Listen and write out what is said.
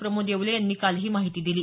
प्रमोद येवले यांनी काल ही माहिती दिली